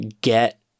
get